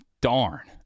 darn